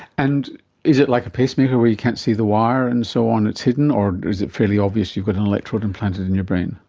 and is it like a pacemaker where you can't see the wire and so on, it's hidden, or is it fairly obvious you've got an electrode implanted in your brain?